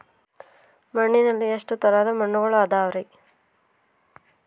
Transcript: ಮಣ್ಣಿನಲ್ಲಿ ಎಷ್ಟು ತರದ ಮಣ್ಣುಗಳ ಅದವರಿ?